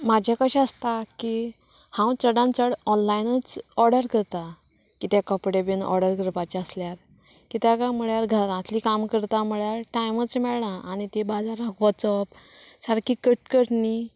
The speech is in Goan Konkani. म्हाजें कशें आसता की हांव चडांत चड ऑनलायनूच ऑर्डर करतां कितें कपडे बी ऑर्डर करपाचें आसल्यार कित्याक कांय म्हळ्यार घरांतलीं कामां करता म्हळ्यार टायमूच मेळना आनी ती बाजारांत वचप सारकी कटकट न्ही